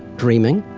dreaming.